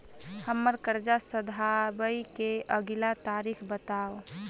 हम्मर कर्जा सधाबई केँ अगिला तारीख बताऊ?